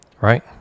right